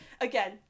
again